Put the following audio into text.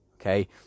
okay